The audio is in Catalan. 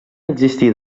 existir